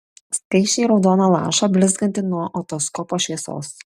skaisčiai raudoną lašą blizgantį nuo otoskopo šviesos